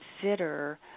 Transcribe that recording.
consider